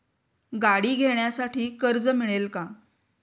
गाडी घेण्यासाठी कर्ज मिळेल का?